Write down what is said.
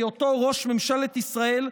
בהיותו ראש ממשלת ישראל,